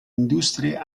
industrie